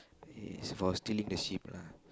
yes for stealing the sheep lah